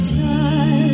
time